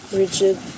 rigid